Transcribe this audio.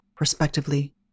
respectively